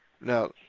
Now